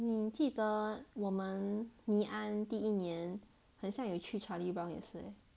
你记得我们 ngee ann 第一年很像有去 charlie brown 也是